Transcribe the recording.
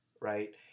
right